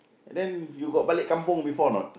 and then you got balik kampung before or not